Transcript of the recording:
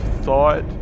thought